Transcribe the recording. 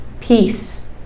peace